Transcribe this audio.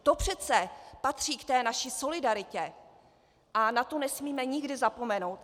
To přece patří k naší solidaritě a na tu nesmíme nikdy zapomenout.